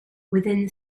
within